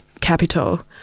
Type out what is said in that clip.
capital